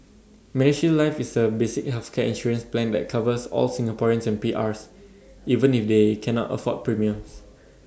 medishield life is A basic healthcare insurance plan that covers all Singaporeans and PRs even if they cannot afford premiums